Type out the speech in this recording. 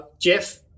Jeff